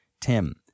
Tim